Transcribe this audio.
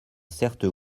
certes